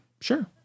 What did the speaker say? Sure